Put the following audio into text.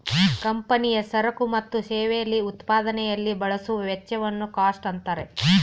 ಕಂಪನಿಯ ಸರಕು ಮತ್ತು ಸೇವೆಯಲ್ಲಿ ಉತ್ಪಾದನೆಯಲ್ಲಿ ಬಳಸುವ ವೆಚ್ಚವನ್ನು ಕಾಸ್ಟ್ ಅಂತಾರೆ